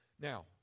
Now